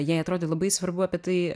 jai atrodė labai svarbu apie tai